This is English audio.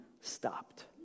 stopped